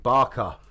Barker